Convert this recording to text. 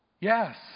Yes